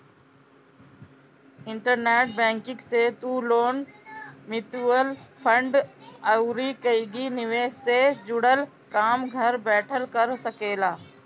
internet banking से तू loan, mutual fund अउरी कईगो निवेश से जुड़ल काम घर बैठल कर सकेला